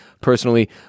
personally